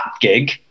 gig